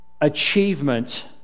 achievement